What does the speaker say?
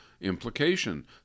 implication